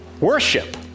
worship